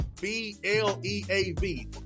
B-L-E-A-V